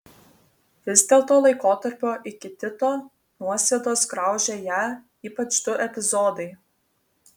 vis dėlto laikotarpio iki tito nuosėdos graužė ją ypač du epizodai